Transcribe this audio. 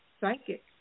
psychic